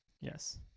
Yes